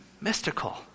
mystical